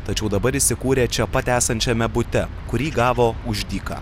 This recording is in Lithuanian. tačiau dabar įsikūrė čia pat esančiame bute kurį gavo už dyką